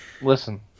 Listen